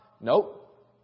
Nope